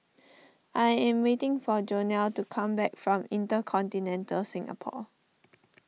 I am waiting for Jonell to come back from Intercontinental Singapore